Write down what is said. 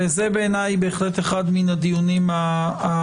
וזה בעיניי בהחלט אחד מן הדיונים החשובים